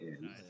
Nice